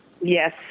Yes